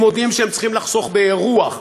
הם מודים שהם צריכים לחסוך באירוח,